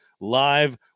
live